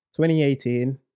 2018